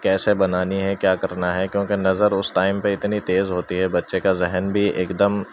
کیسے بنانی ہے کیا کرنا ہے کیوں کہ نظر اس ٹائم پہ اتنی تیز ہوتی ہے بچے کا ذہن بھی ایک دم